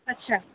ଆଚ୍ଛା